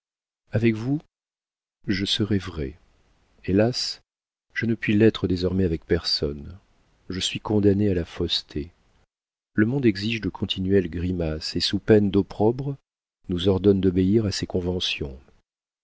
avec vous je serai vraie hélas je ne puis l'être désormais avec personne je suis condamnée à la fausseté le monde exige de continuelles grimaces et sous peine d'opprobre nous ordonne d'obéir à ses conventions